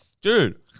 Dude